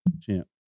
Champ